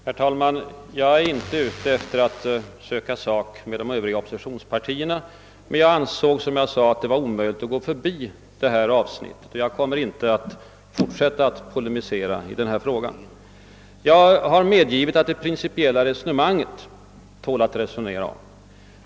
Herr talman! Jag är inte ute efter att söka sak med de övriga oppositionspartierna. Men jag har ansett det vara omöjligt att gå förbi det här avsnittet. Jag kommer dock inte att fortsätta att polemisera i frågan. Jag har medgivit att det principiella resonemanget tål att diskutera.